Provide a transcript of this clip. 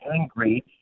angry